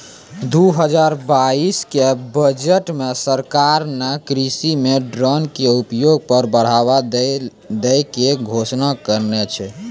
दू हजार बाइस के बजट मॅ सरकार नॅ कृषि मॅ ड्रोन के उपयोग पर बढ़ावा दै के घोषणा करनॅ छै